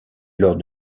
alors